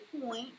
point